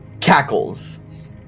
cackles